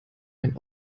ein